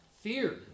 fear